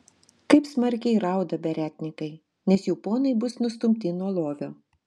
kaip smarkiai rauda beretnikai nes jų ponai bus nustumti nuo lovio